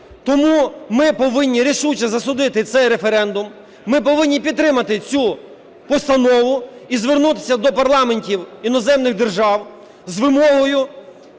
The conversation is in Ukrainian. Тому ми повинні рішуче засудити цей референдум, ми повинні підтримати цю постанову і звернутися до парламентів іноземних держав з вимогою